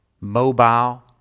mobile